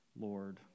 Lord